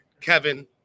Kevin